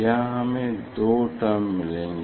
यहाँ से हमें दो टर्म मिलेंगी